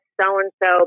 so-and-so